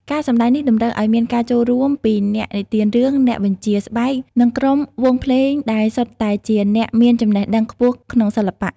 ការសម្ដែងនេះតម្រូវឱ្យមានការចូលរួមពីអ្នកនិទានរឿង អ្នកបញ្ជាស្បែក និងក្រុមវង់ភ្លេងដែលសុទ្ធតែជាអ្នកមានចំណេះដឹងខ្ពស់ក្នុងសិល្បៈ។